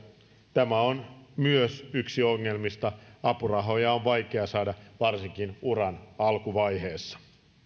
tämä on myös yksi ongelmista apurahoja on vaikea saada varsinkin uran alkuvaiheessa